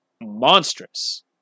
monstrous